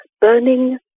Burning